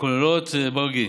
הכוללות, בוגי,